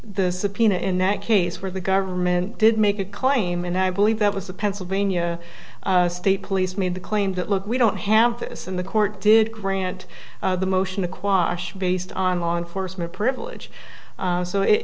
the subpoena in that case where the government did make a claim and i believe that was the pennsylvania state police made the claim that look we don't have this in the court did grant the motion aquash based on law enforcement privilege so it